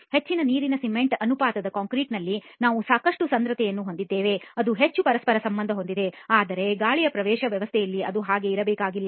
ಹೆಚ್ಚಿನ ನೀರಿನ ಸಿಮೆಂಟ್ ಅನುಪಾತದ ಕಾಂಕ್ರೀಟ್ನconcreteಲ್ಲಿ ನಾವು ಸಾಕಷ್ಟು ಸರಂಧ್ರತೆಯನ್ನು ಹೊಂದಿದ್ದೇವೆ ಅದು ಹೆಚ್ಚು ಪರಸ್ಪರ ಸಂಬಂಧ ಹೊಂದಿದೆ ಆದರೆ ಗಾಳಿಯ ಪ್ರವೇಶ ವ್ಯವಸ್ಥೆಯಲ್ಲಿ ಅದು ಹಾಗೆ ಇರಬೇಕಾಗಿಲ್ಲ